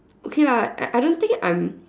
okay lah I I don't think I'm